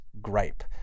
gripe